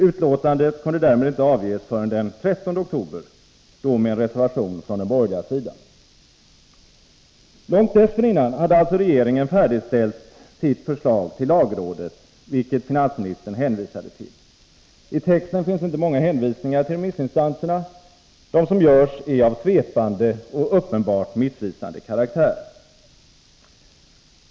Utlåtandet kunde därmed inte avges förrän den 13 oktober, då med en reservation från den borgerliga sidan. Långt dessförinnan hade alltså regeringen färdigställt sitt förslag till lagrådet, vilket finansministern hänvisade till. I texten finns inte många hänvisningar till remissinstanserna. De som görs är av svepande och uppenbart missvisande karaktär.